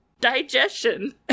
digestion